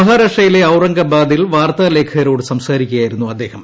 മഹാരാഷ്ട്രയിലെ ഔറംഗാബാദിൽ വാർത്താ ലേഖകരോട് സംസാരിക്കുകയായിരുന്നു അദ്ദേഹം